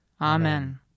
Amen